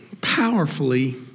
powerfully